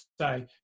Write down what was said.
say